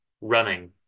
running